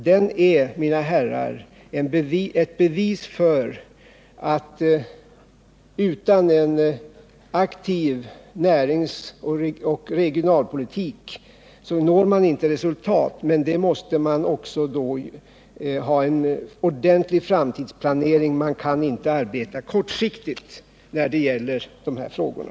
Det är, mina herrar, bevisat att utan en aktiv näringsoch regionalpolitik når man inte resultat, men för att man skall kunna nå goda resultat fordras också en ordentlig framtidsplanering. Man kan inte arbeta kortsiktigt när det gäller de här frågorna.